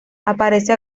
aparece